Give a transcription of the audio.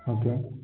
okay